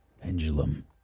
Pendulum